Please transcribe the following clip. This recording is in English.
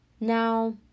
Now